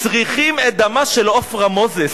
צריכים את דמה של עפרה מוזס,